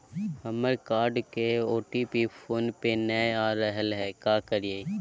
हमर कार्ड के OTP phone पे नई आ रहलई हई, का करयई?